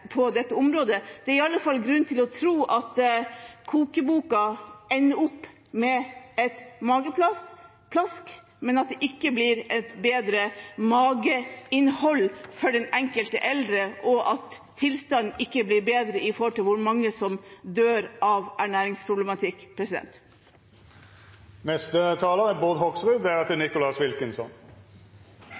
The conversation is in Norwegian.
på dette området. Det er iallfall grunn til å tro at kokeboken ender med et mageplask, at det ikke blir et bedre mageinnhold for den enkelte eldre, og at tilstanden ikke blir bedre med hensyn til hvor mange som dør av ernæringsproblematikk. Jeg hørte representanten Bollestad og insinuasjoner som gjaldt at jeg sammenlignet maten på sykehjemmet og maten i fengselet i Halden. Det er